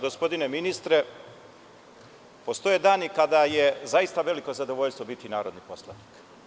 Gospodine ministre, postoje dani kada je zaista veliko zadovoljstvo zaista biti narodni poslanik.